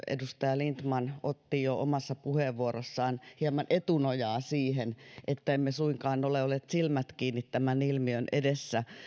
edustaja lindtman otti jo omassa puheenvuorossaan hieman etunojaa siihen että emme suinkaan ole olleet silmät kiinni tämän ilmiön edessä